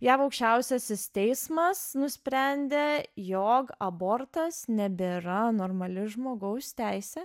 jav aukščiausiasis teismas nusprendė jog abortas nebėra normali žmogaus teisė